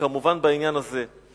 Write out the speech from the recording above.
וכמובן בעניין הזה.